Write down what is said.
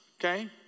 okay